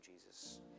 Jesus